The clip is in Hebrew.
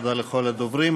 תודה לכל הדוברים.